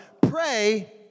Pray